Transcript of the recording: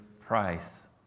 price